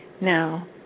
Now